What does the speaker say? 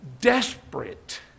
desperate